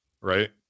right